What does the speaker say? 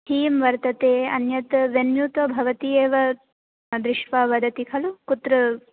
theme वर्तते अन्यत् वेन्यु तु भवती एव दृष्ट्वा वदति खलु कुत्र